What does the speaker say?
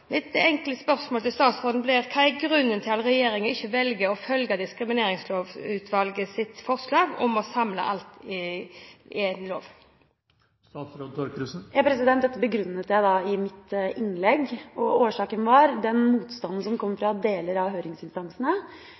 Mitt enkle spørsmål til statsråden blir: Hva er grunnen til at regjeringen ikke velger å følge Diskriminiseringslovutvalgets forslag om å samle alt i én lov? Dette begrunnet jeg i mitt innlegg, og årsaken var den motstanden som kom fra deler av høringsinstansene,